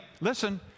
listen